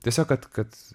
tiesiog kad kad